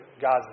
God's